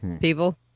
people